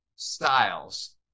styles